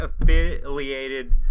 affiliated